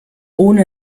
ohne